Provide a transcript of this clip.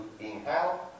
inhale